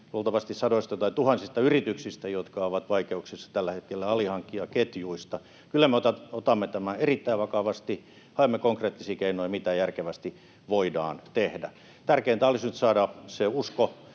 luultavasti sadoista tai tuhansista yrityksistä, jotka ovat vaikeuksissa tällä hetkellä, ja alihankkijaketjuista. Kyllä me otamme tämän erittäin vakavasti ja haemme konkreettisia keinoja, mitä järkevästi voidaan tehdä. Tärkeintä olisi nyt saada se usko